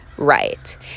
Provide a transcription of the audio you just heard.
right